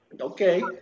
okay